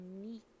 unique